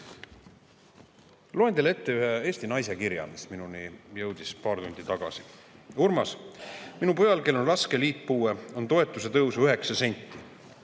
Loen teile ette ühe Eesti naise kirja, mis jõudis minuni paar tundi tagasi. Urmas, minu pojal, kellel on raske liitpuue, on toetus tõusnud 9 senti,